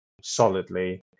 solidly